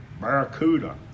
Barracuda